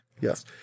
Yes